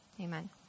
amen